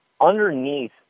underneath